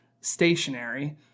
stationary